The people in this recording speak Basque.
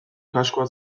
kaskoa